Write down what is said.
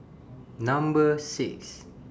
Number six